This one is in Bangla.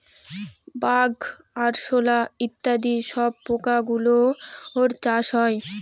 বাগ, আরশোলা ইত্যাদি সব পোকা গুলোর চাষ হয়